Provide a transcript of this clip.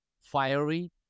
fiery